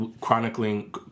chronicling